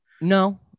No